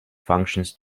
functions